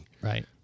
Right